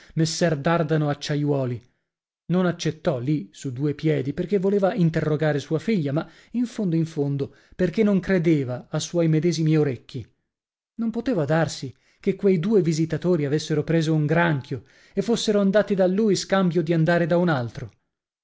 messer dardano acciaiuoli non accettò lì su due piedi perchè voleva interrogare sua figlia ma in fondo in fondo perchè non credeva a suoi medesimi orecchi non poteva darsi che quei due visitatori avessero preso un granchio e fossero andati da lui scambio dì andare da un altro